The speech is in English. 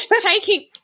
taking